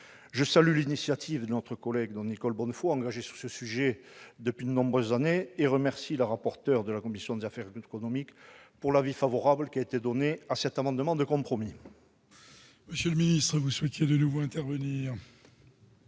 Je salue l'initiative de notre collègue Nicole Bonnefoy, engagée sur ce sujet depuis de nombreuses années, et je remercie Mme la rapporteur de la commission des affaires économiques pour l'avis favorable donné à cet amendement de compromis.